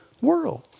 world